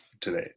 today